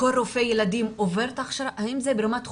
כל רופאי ילדים עובר את ההכשרה, האם זה ברמת חובה?